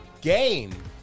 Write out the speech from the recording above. game